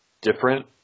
different